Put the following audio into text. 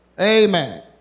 Amen